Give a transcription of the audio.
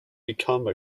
become